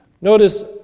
Notice